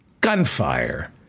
Gunfire